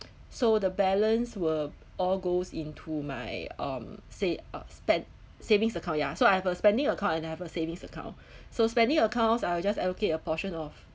so the balance will all goes into my um sa~ uh spend savings account ya so I have a spending account and I have a savings account so spending accounts I will just advocate a portion of